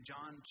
John